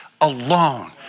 alone